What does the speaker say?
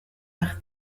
par